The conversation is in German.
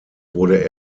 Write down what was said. wurde